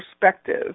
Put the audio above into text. perspective